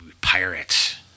Pirates